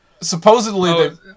supposedly